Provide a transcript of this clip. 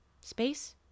Space